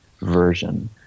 version